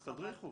אז תדריכו.